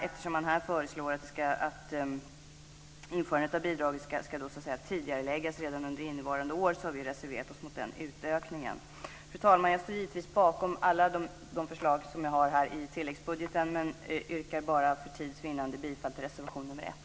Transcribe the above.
Eftersom man här föreslår att införandet av investeringsbidraget ska tidigareläggas redan till innevarande år har vi reserverat oss mot den utökningen. Fru talman! Jag står givetvis bakom alla förslag som vi har i anslutning till tilläggsbudgeten, men för tids vinnande yrkar jag bifall bara till reservation nr 1.